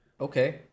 Okay